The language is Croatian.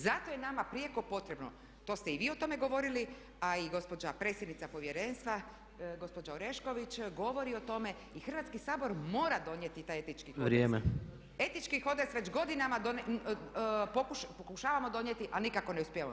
Zato je nama prijekopotrebno, to ste i vi o tome govorili a i gospođa predsjednica Povjerenstva, gospođa Orešković govori o tome i Hrvatski sabor mora donijeti taj etički kodeks [[Upadica: Vrijeme.]] Etički kodeks već godinama pokušavamo donijeti a nikako ne uspijevamo.